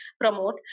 promote